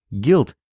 Guilt